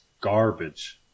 Garbage